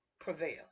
prevail